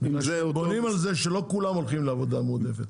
משום שבונים על זה שלא כולם הולכים לעבודה מועדפת.